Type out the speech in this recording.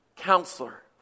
counselor